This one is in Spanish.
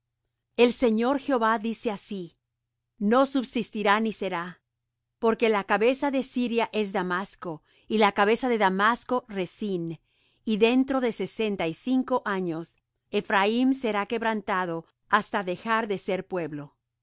el señor jehová dice así no subsistirá ni será porque la cabeza de siria es damasco y la cabeza de damasco rezín y dentro de sesenta y cinco años ephraim será quebrantado hasta dejar de ser pueblo